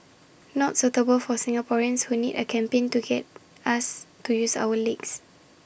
not suitable for Singaporeans who need A campaign to get us to use our legs